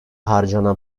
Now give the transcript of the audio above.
harcanan